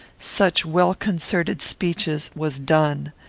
such well-concerted speeches, was done.